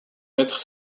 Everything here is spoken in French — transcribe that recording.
mettre